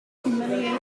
humiliating